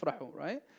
Right